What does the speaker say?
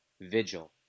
Vigil